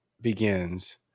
begins